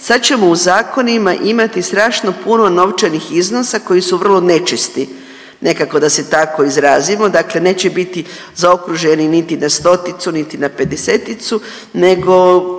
sad ćemo u zakonima imati strašno puno novčanih iznosa koji su vrlo nečisti, nekako da se tako izrazimo. Dakle, neće biti zaokruženi niti na stoticu, niti na pedeseticu nego